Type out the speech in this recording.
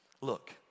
look